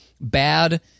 bad